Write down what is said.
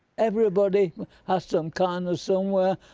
everybody has some kindness somewhere.